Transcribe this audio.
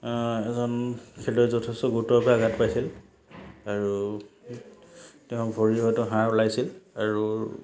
এজন খেলত যথেষ্ট গুৰুতৰভাৱে আঘাত পাইছিল আৰু তেওঁ ভৰি হয়টো হাড় ওলাইছিল আৰু